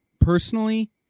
personally